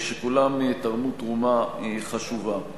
וכולם תרמו תרומה חשובה.